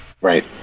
Right